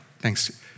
thanks